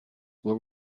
were